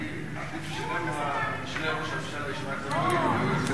אני מעדיף שהמשנה לראש הממשלה ישמע את הדברים,